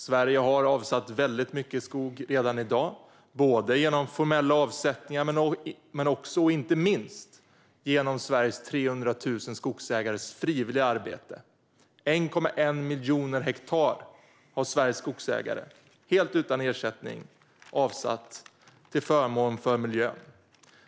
Sverige har avsatt väldigt mycket skog redan i dag både genom formella avsättningar och, inte minst, genom Sveriges 300 000 skogsägares frivilliga arbete. 1,1 miljoner hektar har Sveriges skogsägare helt utan ersättning avsatt till förmån för miljön.